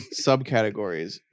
subcategories